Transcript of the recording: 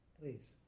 Please